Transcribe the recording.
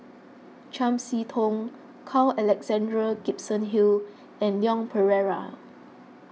Chiam See Tong Carl Alexander Gibson Hill and Leon Perera